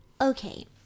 okay